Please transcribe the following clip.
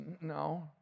No